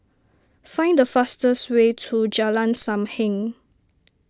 find the fastest way to Jalan Sam Heng